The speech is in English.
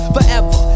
Forever